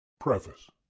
Preface